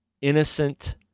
innocent